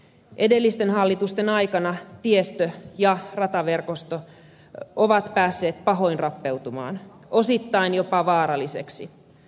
edellisten hallitusten aikana tiestö ja rataverkosto ovat päässeet pahoin rappeutumaan osittain jopa vaarallisiksi